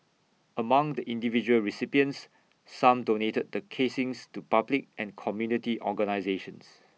among the individual recipients some donated the casings to public and community organisations